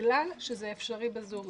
בגלל שזה אפשרי ב"זום".